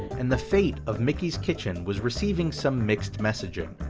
and the fate of mickey's kitchen was receiving some mixed messaging.